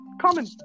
common